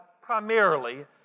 primarily